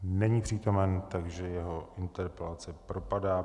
Není přítomen, takže jeho interpelace propadá.